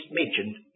mentioned